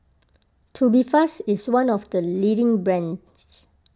Tubifast is one of the leading brands